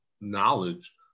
knowledge